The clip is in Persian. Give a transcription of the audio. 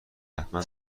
حتما